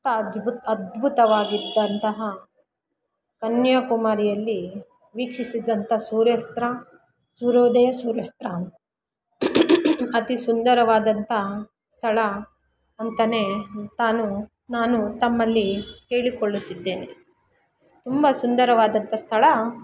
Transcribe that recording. ತ್ತ ಅದ್ಬುತ ಅದ್ಭುತವಾಗಿದ್ದಂತಹ ಕನ್ಯಾಕುಮಾರಿಯಲ್ಲಿ ವೀಕ್ಷಿಸಿದಂಥ ಸೂರ್ಯಾಸ್ತ ಸೂರ್ಯೋದಯ ಸೂರ್ಯಾಸ್ತ ಅತೀ ಸುಂದರವಾದಂಥ ಸ್ಥಳ ಅಂತಾ ತಾನು ನಾನು ತಮ್ಮಲ್ಲಿ ಹೇಳಿಕೊಳ್ಳುತ್ತಿದ್ದೇನೆ ತುಂಬ ಸುಂದರವಾದಂಥ ಸ್ಥಳ